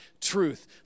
truth